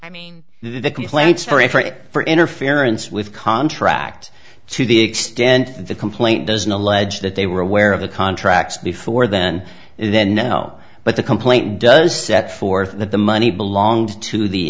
free for interference with contract to the extent that the complaint doesn't allege that they were aware of the contracts before then then no but the complaint does set forth that the money belonged to the